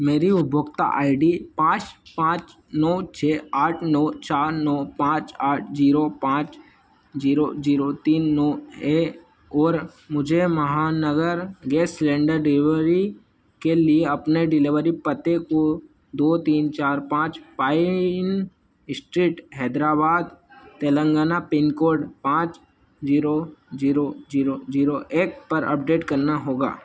मेरी उपभोक्ता I D पाँच पाँच नौ छः आठ नौ चार नौ पाँच आठ जीरो पाँच जीरो जीरो तीन नौ एक और मुझे महानगर गैस सिलेन्डर डिवरी के लिए अपने डिलेवरी पते को दो तीन चार पाँच pine street Hyderabad Telangana pincode पाँच जीरो जीरो जीरो जीरो एक पर अपडेट करना होगा